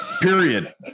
Period